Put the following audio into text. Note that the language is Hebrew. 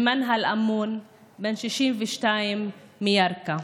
מנהל אמון, בן 62, ירכא.